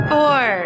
Four